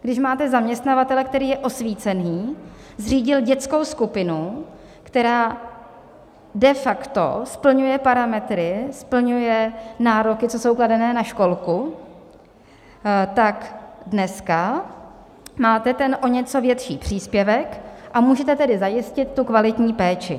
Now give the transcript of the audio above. Když máte zaměstnavatele, který je osvícený, zřídil dětskou skupinu, která de facto splňuje parametry, splňuje nároky, co jsou kladené na školku, tak dneska máte ten o něco větší příspěvek, a můžete tedy zajistit tu kvalitní péči.